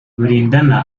rulindana